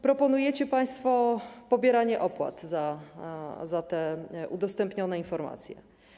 Proponujecie państwo pobieranie opłat za udostępnione informacje.